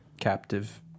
Captive